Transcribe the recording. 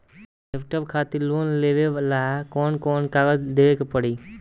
Laptop खातिर loan लेवे ला कौन कौन कागज देवे के पड़ी?